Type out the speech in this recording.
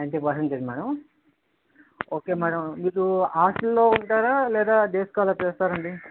ninety percentage madam okay madam మీరు హాస్టల్లో ఉంటారా లేదా డే స్కాలర్ చేస్తారండి